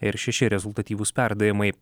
ir šeši rezultatyvūs perdavimai